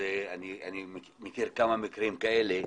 ואני מכיר כמה מקרים כאלה,